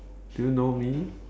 do you know me